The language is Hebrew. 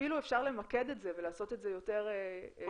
אפילו אפשר למקד את זה ולעשות את זה יותר יעיל,